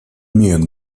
имеют